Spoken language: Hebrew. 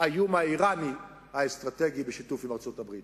האיום האירני האסטרטגי, בשיתוף עם ארצות-הברית,